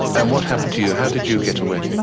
and what happened to you? how did you get away?